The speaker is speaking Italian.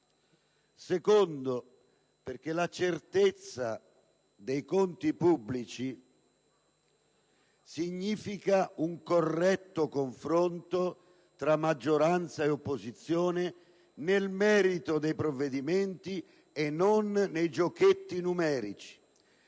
luogo perché la certezza dei conti pubblici significa un corretto confronto tra maggioranza e opposizione nel merito dei provvedimenti e non nei giochetti numerici,